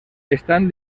estan